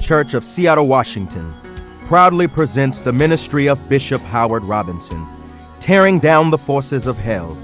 church of seattle washington proudly presents the ministry of bishop howard robinson tearing down the forces of hell